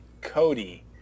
Cody